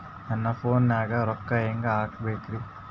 ನನ್ನ ಫೋನ್ ನಾಗ ರೊಕ್ಕ ಹೆಂಗ ಹಾಕ ಬೇಕ್ರಿ?